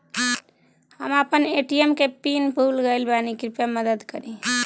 हम आपन ए.टी.एम के पीन भूल गइल बानी कृपया मदद करी